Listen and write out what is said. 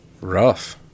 Rough